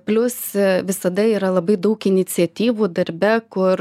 plius visada yra labai daug iniciatyvų darbe kur